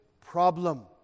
problem